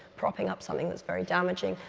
propping up something that's very damaging.